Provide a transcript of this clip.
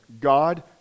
God